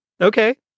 Okay